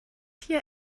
hier